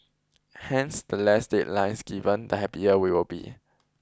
hence the less deadlines given the happier we will be